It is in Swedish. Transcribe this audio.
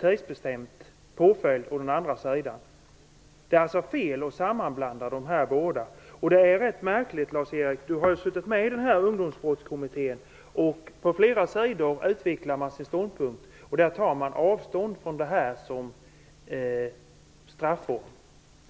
tidsbestämd påföljd å andra sidan. Det är alltså fel att sammanblanda dessa båda påföljder. Lars-Erik Lövdén har suttit med i Ungdomsbrottskommittén, som på flera sidor utvecklar sin ståndpunkt och som tar avstånd från den här påföljden som strafform.